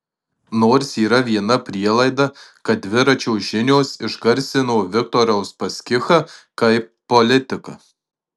nors yra viena prielaida kad dviračio žinios išgarsino viktorą uspaskichą kaip politiką